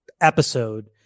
episode